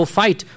fight